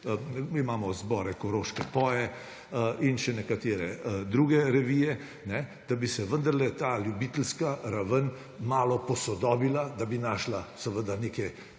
mi imamo zbore Koroška poje in še nekatere druge revije –, bi se vendarle ta ljubiteljska raven malo posodobila, da bi našla neke